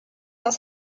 dans